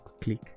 click